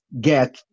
get